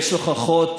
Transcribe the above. יש הוכחות